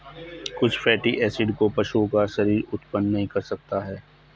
कुछ fatty acid को पशुओं का शरीर उत्पन्न नहीं कर सकता है